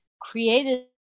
created